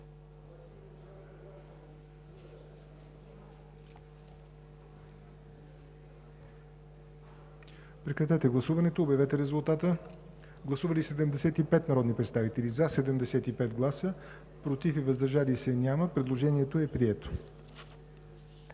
Прекратете гласуването и обявете резултата. Гласували 70 народни представители: за 70, против и въздържали се няма. Предложението е прието.